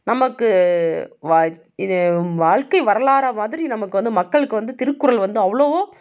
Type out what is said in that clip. நமக்கு இது வாழ்க்கை வரலாறு மாதிரி நமக்கு வந்து மக்களுக்கு வந்து திருக்குறள் வந்து அவ்வளவும்